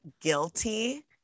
guilty